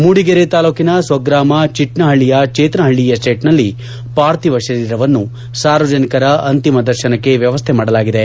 ಮೂಡಿಗೆರೆ ತಾಲೂಕಿನ ಸ್ವಗ್ರಾಮ ಚಟ್ನಹಳ್ಳಿಯ ಚೇತನಹಳ್ಳಿ ಎಸ್ವೇಟ್ನಲ್ಲಿ ಪಾರ್ಥಿವ ಶರೀರವನ್ನು ಸಾರ್ವಜನಿಕರ ಅಂತಿಮ ದರ್ಶನಕ್ಕೆ ವ್ಯವಸ್ಥೆ ಮಾಡಲಾಗಿದೆ